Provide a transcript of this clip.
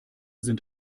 sind